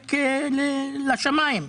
שזועק לשמיים.